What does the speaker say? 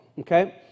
okay